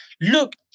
Look